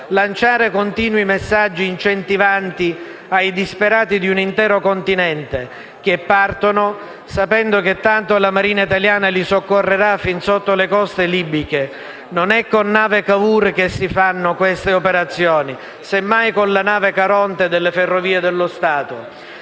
lanciare continui messaggi incentivanti ai disperati di un intero Continente, che partono sapendo che, tanto, la Marina italiana li soccorrerà fin sotto le coste libiche. Non è con la nave Cavour che si fanno queste operazioni; semmai, con la nave Caronte delle Ferrovie dello Stato.